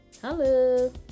Hello